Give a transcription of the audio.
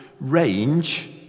range